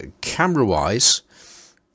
camera-wise